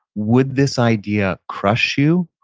would this idea crush you,